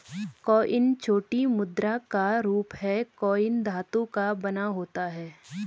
coin छोटी मुद्रा का रूप है कॉइन धातु का बना होता है